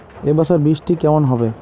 এবছর বৃষ্টি কেমন হবে?